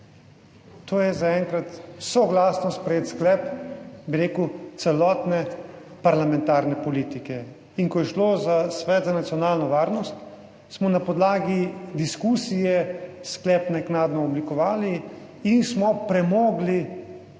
To je zaenkrat soglasno sprejet sklep, bi rekel, celotne parlamentarne politike. In ko je šlo za Svet za nacionalno varnost smo na podlagi diskusije sklep naknadno oblikovali in smo premogli to